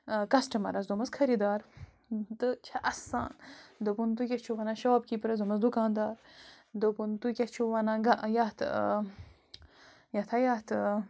کَسٹٕمَرَس دوٚپمَس خریٖدار تہٕ چھےٚ اَسان دوٚپُن تُہۍ کیٛاہ چھُو وَنان شاپکیٖپرَس دوٚپمَس دُکاندار دوٚپُن تُہۍ کیٛاہ چھُو وَنان گَہ یَتھ یَتھ ہَہ یَتھ